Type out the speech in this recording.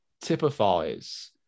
typifies